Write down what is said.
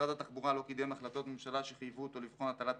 - משרד התחבורה לא קידם החלטות ממשלה שחייבו אותו לבחון הטלת